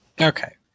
Okay